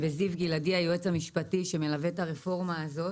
וזיו גלעדי, היועץ המשפטי שמלווה את הרפורמה הזאת.